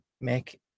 make